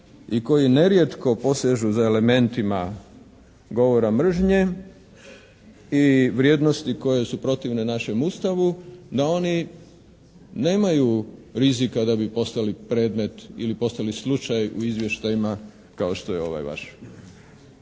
i koji nerijetko posežu za elementima govora mržnje i vrijednosti koje su protivne našem Ustavu da oni nemaju rizika da bi postali predmet ili postali slučaj u izvještajima kao što je ovaj vaš.